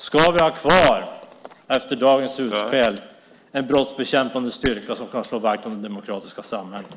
Ska vi efter dagens utspel ha kvar en brottsbekämpande styrka som kan slå vakt om det demokratiska samhället?